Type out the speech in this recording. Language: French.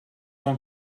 tant